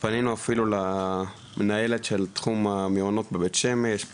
פנינו אפילו למנהלת של תחום המעונות בבית שמש,